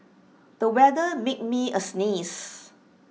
the weather made me sneeze